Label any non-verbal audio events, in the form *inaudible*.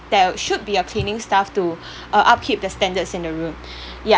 there should be a cleaning staff to *breath* uh upkeep the standards in the room *breath* ya